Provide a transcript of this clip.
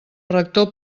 rector